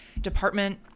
department